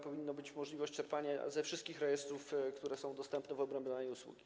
Powinna być możliwość czerpania ze wszystkich rejestrów, które są dostępne w obrębie danej usługi.